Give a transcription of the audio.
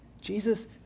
Jesus